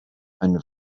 and